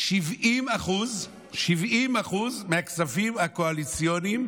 70% מהכספים הקואליציוניים